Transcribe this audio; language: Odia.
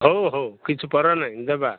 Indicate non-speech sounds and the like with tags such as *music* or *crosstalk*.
ହଉ ହଉ କିଛି *unintelligible* ନାହିଁ ଦେବା